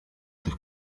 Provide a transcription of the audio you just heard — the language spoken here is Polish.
tych